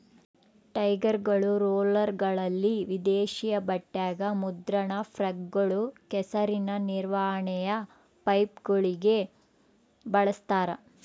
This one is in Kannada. ಟೈರ್ಗಳು ರೋಲರ್ಗಳಲ್ಲಿ ದೇಶೀಯ ಬಟ್ಟೆಗ ಮುದ್ರಣ ಪ್ರೆಸ್ಗಳು ಕೆಸರಿನ ನಿರ್ವಹಣೆಯ ಪೈಪ್ಗಳಿಗೂ ಬಳಸ್ತಾರ